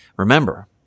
Remember